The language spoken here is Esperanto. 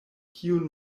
kiun